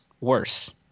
worse